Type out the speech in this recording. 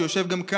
שגם יושב כאן,